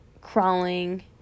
crawling